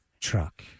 Truck